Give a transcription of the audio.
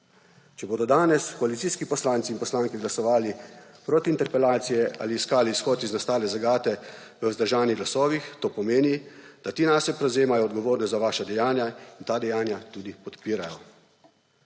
Če bodo danes koalicijski poslanci in poslanke glasovali proti interpelaciji ali iskali izhod iz nastale zagate v vzdržanih glasovih, to pomeni, da ti nase prevzemajo odgovornost za vaša dejanja in ta dejanja tudi podpirajo.